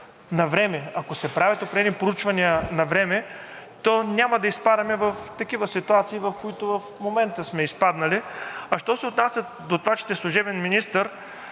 навреме, ако се правят определени проучвания навреме, то няма да изпадаме в такива ситуация, в които в момента сме изпаднали? А що се отнася до това, че сте служебен министър,